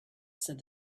said